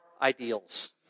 ideals